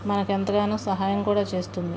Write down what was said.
మనకు ఎంతగానో సహాయం కూడా చేస్తుంది